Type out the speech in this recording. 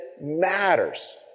matters